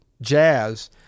jazz